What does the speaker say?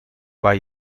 waar